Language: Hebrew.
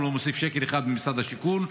הוא לא מוסיף שקל אחד ממשרד השיכון.